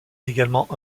également